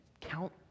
count